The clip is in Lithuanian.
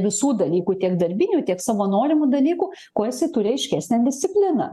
visų dalykų tiek darbinių tiek savo norimų dalykų kuo esi turi aiškesnę discipliną